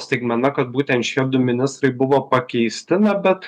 staigmena kad būtent šie du ministrai buvo pakeisti na bet